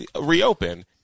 reopen